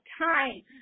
time